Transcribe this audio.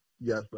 yes